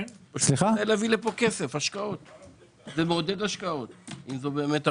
מעודד השקעות אם זו ברמת הריבית.